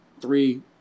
three